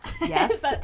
Yes